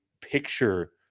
picture